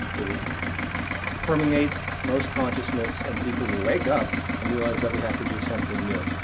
they will permeate most consciousness, and people will wake up and realize that we have to do something new.